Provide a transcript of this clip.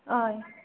हय